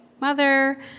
mother